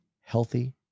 healthy